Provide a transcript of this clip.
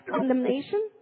Condemnation